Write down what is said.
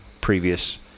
previous